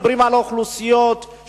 אנחנו מדברים על אוכלוסיות שהוחלשו,